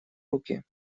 руки